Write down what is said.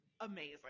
amazing